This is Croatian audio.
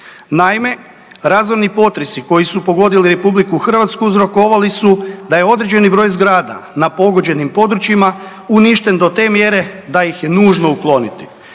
Naime, razorni potresi koji su pogodili RH uzrokovali su da je određeni broj zgrada na pogođenim područjima uništen do te mjere da ih je nužno ukloniti.